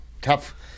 tough